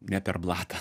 ne per blatą